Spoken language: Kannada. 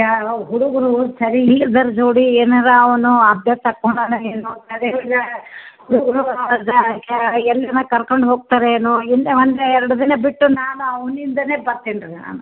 ಯಾರ ಹುಡುಗರು ಸರಿ ಇಲ್ಲದ್ರು ಜೋಡಿ ಏನಾರು ಅವನು ಅಭ್ಯಾಸ ಏನೋ ಅದೇ ಈಗ ಎಲ್ಲರನ್ನ ಕರ್ಕೊಂಡು ಹೋಗ್ತಾರೇನೋ ಅಂದರೆ ಎರಡು ದಿನ ಬಿಟ್ಟು ನಾನು ಅವ್ನ ಹಿಂದೇನೆ ಬರ್ತೀನಿ ರೀ ನಾನು